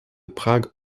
prague